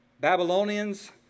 Babylonians